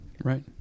right